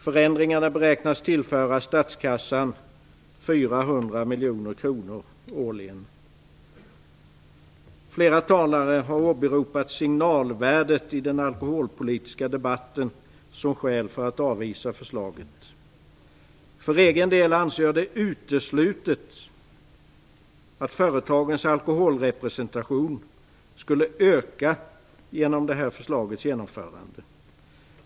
Förändringarna beräknas tillföra statskassan 400 miljoner kronor årligen. Flera talare har åberopat signalvärdet i den alkoholpolitiska debatten som skäl för att avvisa förslaget. För egen del anser jag det uteslutet att företagens alkoholrepresentation skulle öka genom detta förslags genomförande.